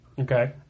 Okay